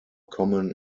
common